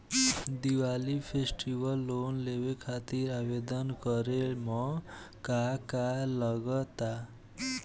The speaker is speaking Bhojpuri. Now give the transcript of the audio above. दिवाली फेस्टिवल लोन लेवे खातिर आवेदन करे म का का लगा तऽ?